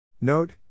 Note